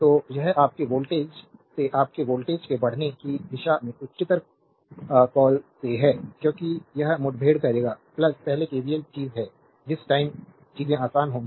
तो यह आपके वोल्टेज से आपके वोल्टेज के बढ़ने की दिशा में उच्चतर कॉल से है क्योंकि यह मुठभेड़ करेगा पहले केवीएल चीज है जिस टाइम चीजें आसान होंगी